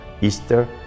Easter